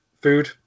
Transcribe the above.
food